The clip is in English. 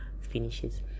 finishes